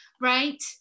right